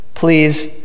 Please